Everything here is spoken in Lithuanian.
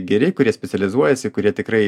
geri kurie specializuojasi kurie tikrai